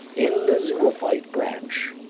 in the zoophyte branch,